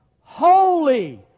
holy